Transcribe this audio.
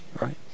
right